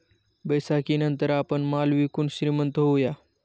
बैसाखीनंतर आपण माल विकून श्रीमंत होऊया